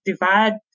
divide